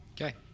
Okay